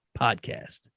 podcast